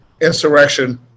insurrection